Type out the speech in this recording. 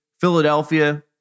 Philadelphia